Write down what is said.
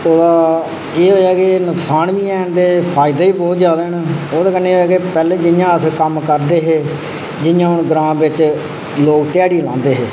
ओह्दा एह् होआ के नुक्सान बी हैन ते फायदे बी बोह्त ज्यादा न ओह्दे कन्नै एह् होआ कि पैह्ले जि'यां अस कम्म करदे हे जि'यां हून ग्रांऽ बिच्च लोक ध्याड़ी लांदे हे